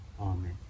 Amen